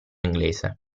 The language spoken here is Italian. inglese